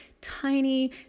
tiny